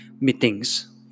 meetings